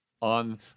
on